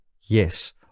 yes